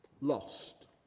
lost